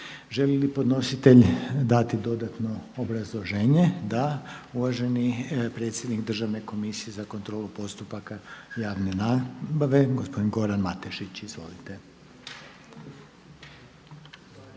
Želi li podnositelj dati dodatno obrazloženje? Da. Uvaženi predsjednik Državne komisije za kontrolu postupaka javne nabave gospodin Goran Matešić. Izvolite.